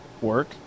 work